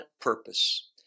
purpose